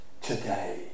today